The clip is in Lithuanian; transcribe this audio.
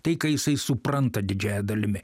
tai ką jisai supranta didžiąja dalimi